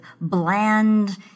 bland